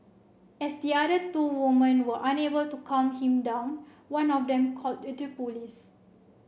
as the other two women were unable to calm him down one of them called police